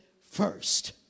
first